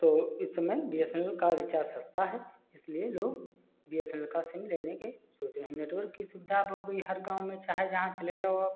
तो इस समय बी एस एन एल का रीचार्ज सस्ता है इसलिए लोग बी एस एन एल का सिम लेने के सोच रहे नेटवर्क की सुविधा अब हो गई हर गाँव में चाहे जहाँ चले जाओ आप